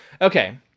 okay